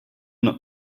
not